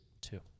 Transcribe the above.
Two